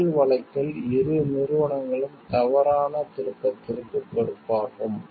முதல் வழக்கில் இரு நிறுவனங்களும் தவறான திருப்பத்திற்கு பொறுப்பாகும்